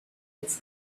its